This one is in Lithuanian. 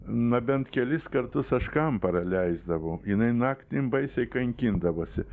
na bent kelis kartus aš kamparą leisdavau jinai naktį baisiai kankindavosi